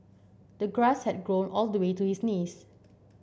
the grass had grown all the way to his knees